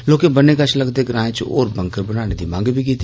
लोकें बन्ने कष लगदे ग्राएं च होर बंकर बनाने दी मंग बी कीती